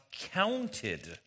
counted